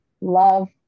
love